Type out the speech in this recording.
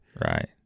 Right